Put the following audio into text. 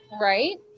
Right